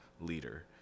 leader